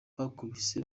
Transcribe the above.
bakubise